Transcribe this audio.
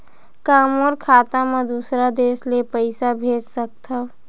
का मोर खाता म दूसरा देश ले पईसा भेज सकथव?